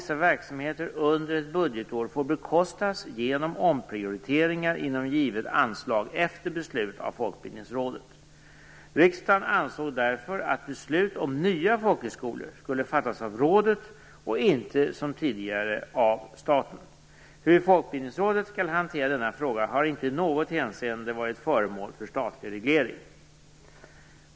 Riksdagen ansåg därför att beslut om nya folkhögskolor skulle fattas av rådet och inte som tidigare av staten. Hur Folkbildningsrådet skall hantera denna fråga har inte i något hänseende varit föremål för statlig reglering.